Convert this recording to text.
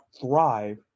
thrive